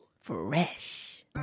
Fresh